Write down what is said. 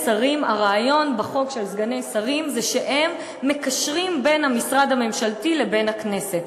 הרעיון בחוק של סגני שרים הוא שהם מקשרים בין המשרד הממשלתי לבין הכנסת.